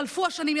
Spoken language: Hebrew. חלפו השנים,